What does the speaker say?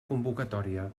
convocatòria